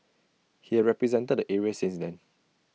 he had represented the area since then